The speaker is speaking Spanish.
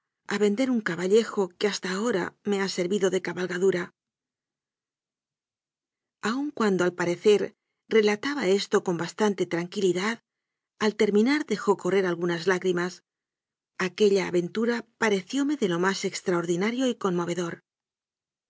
a vender un caballejo que hasta ahora me ha servido de cabalgadura aun cuando al parecer relataba esto con bas tante tranquilidad al terminar dejó correr al gunas lágrimas aquella aventura parecióme de lo más extraordinario y conmovedor